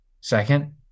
Second